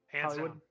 Hollywood